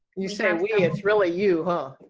you say we it's really you huh?